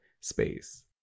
space